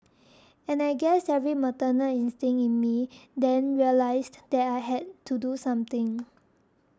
and I guess every maternal instinct in me then realised there I had to do something